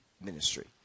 ministry